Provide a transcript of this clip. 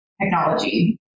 technology